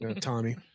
Tommy